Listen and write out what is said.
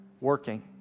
working